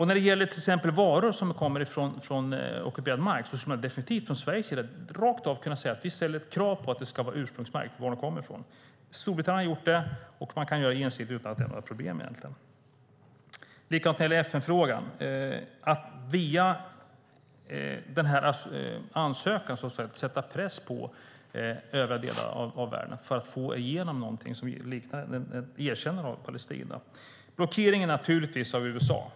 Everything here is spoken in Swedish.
När det gäller till exempel varor som kommer från ockuperad mark skulle man definitivt från Sveriges sida rakt av kunna säga att man ställer krav på att de ska vara ursprungsmärkta så att det framgår var de kommer från. Storbritannien har gjort det, och man kan göra det ensidigt utan att det egentligen är några problem. Beträffande frågan om medlemskap för Palestina i FN gäller det att sätta press på övriga delar av världen för att få igenom någonting som liknar ett erkännande av Palestina. Det blockeras naturligtvis av USA.